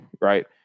Right